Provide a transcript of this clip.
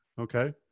Okay